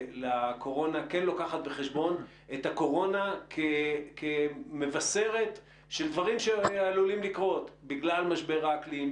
לקורונה את הקורונה כמבשרת של דברים שעלולים לקרות בגלל משבר האקלים,